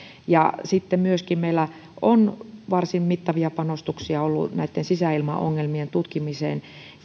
sitten myöskin meillä on varsin mittavia panostuksia ollut sisäilmaongelmien tutkimiseen